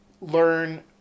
learn